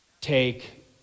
take